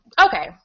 okay